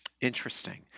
interesting